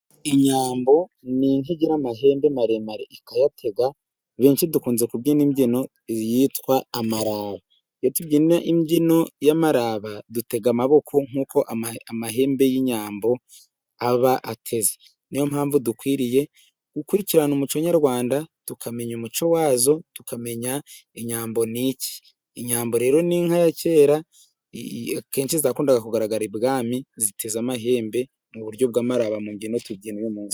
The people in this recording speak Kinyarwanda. Inyambo ni inka igira amahembe maremare, ikayatega. Benshi dukunze kubyina imbyino yitwa amaraba. Iyo tubyina imbyino y’amaraba, dutega amaboko nk'uko amahembe y'inyambo aba ateze. Ni yo mpamvu dukwiriye gukurikirana umuco nyarwanda, tukamenya umuco wazo, tukamenya inyambo n’iki. Imyamba rero ni inka ya kera, kenshi zakundaga kugaragara i Bwami, ziteze amahembe mu buryo bw’amaraba mu mbyino tubyina uyu munsi.